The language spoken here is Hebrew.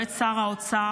יועץ שר האוצר,